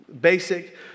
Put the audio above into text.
basic